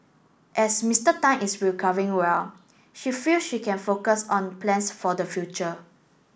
as Mister Tan is recovering well she feel she can focus on plans for the future